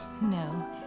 no